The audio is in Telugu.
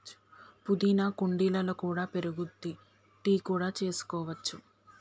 పుదీనా కుండీలలో కూడా పెరుగుద్ది, టీ కూడా చేసుకోవచ్చు